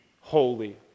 holy